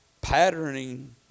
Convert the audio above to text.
patterning